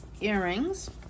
earrings